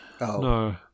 No